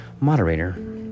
Moderator